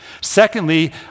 Secondly